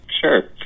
Sure